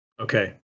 Okay